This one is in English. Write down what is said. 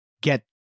get